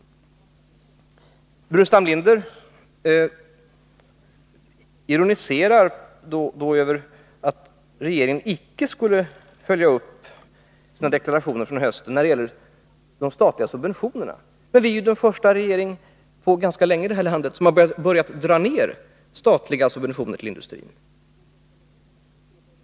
Herr Burenstam Linder ironiserar över att regeringen icke skulle följa upp sina deklarationer från i höstas i vad gäller de statliga subventionerna. Men den nuvarande regeringen är faktiskt den första på ganska länge i detta land som har börjat dra ned de statliga subventionerna till industrin.